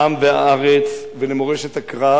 העם והארץ ולמורשת הקרב.